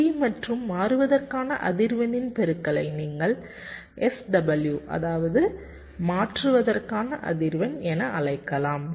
T மற்றும் மாறுவதற்கான அதிர்வெண்ணின் பெருக்கலை நீங்கள் SW அதாவது மாற்றுவதற்கான அதிர்வெண் என அழைக்கலாம்